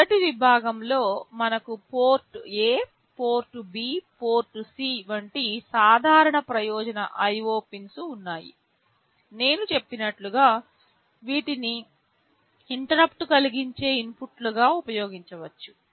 మొదటి విభాగంలో మనకు port A port B port C వంటి సాధారణ ప్రయోజన IO పిన్స్ ఉన్నాయి నేను చెప్పినట్లుగా వీటిని ఇంటరుప్పుట్ కలిగించే ఇన్పుట్లుగా ఉపయోగించవచ్చు